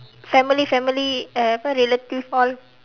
family family err apa relative all